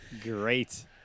great